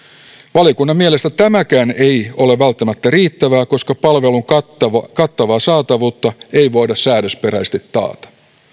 valiokunnan mielestä tämäkään ei ole välttämättä riittävää koska palvelun kattavaa kattavaa saatavuutta ei voida säädösperäisesti taata